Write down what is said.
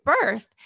birth